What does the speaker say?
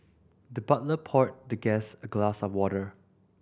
the butler poured the guest a glass of water